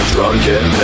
Drunken